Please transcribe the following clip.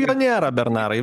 jo nėra bernarai